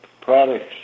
products